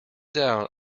down